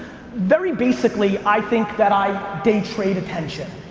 very basically i think that i day trade attention.